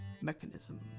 mechanism